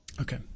Okay